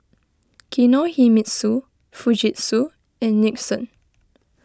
Kinohimitsu Fujitsu and Nixon